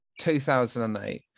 2008